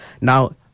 now